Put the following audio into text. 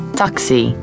taxi